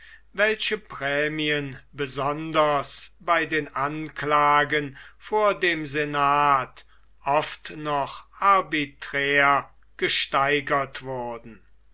welche prämien besonders bei den anklagen vor dem senat oft noch arbiträr gesteigert wurden